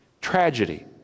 Tragedy